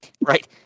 Right